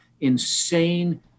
insane